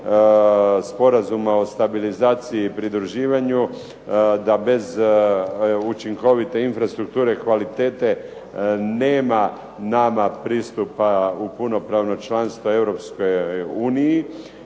Sporazuma o stabilizaciji i pridruživanju da bez učinkovite infrastrukture kvalitete nema nama pristupa u punopravno članstvo Europskoj uniji